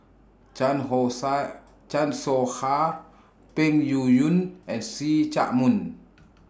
Chan Ho Sha Chan Soh Ha Peng Yuyun and See Chak Mun